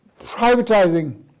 privatizing